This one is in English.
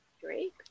Drake